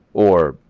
or,